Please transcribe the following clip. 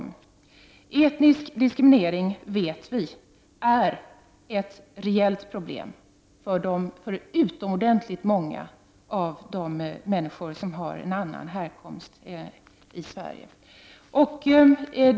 Vi vet att etnisk diskriminering är ett reellt problem för utomordentligt många av de människor i Sverige som har en annan härkomst.